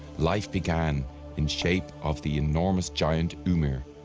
life began in shape of the enormous giant ymir,